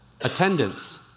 Attendance